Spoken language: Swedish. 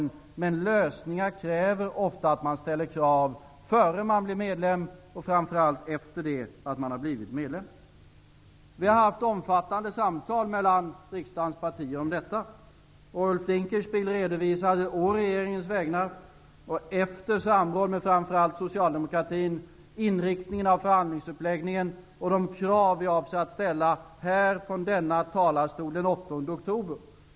För att kunna åstadkomma sådana lösningar krävs det ofta att man ställer krav, innan man har blivit medlem och framför allt efter det att man har blivit medlem. Vi har fört omfattande samtal mellan riksdagens partier om detta. Ulf Dinkelspiel redovisade från denna talarstol den 8 oktober å regeringens vägnar och efter samråd med framför allt Socialdemokraterna inriktningen av förhandlingsuppläggningen och de krav som vi avser att ställa.